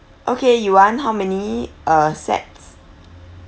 okay you want how many uh sets